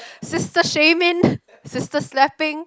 sister shaming sister slapping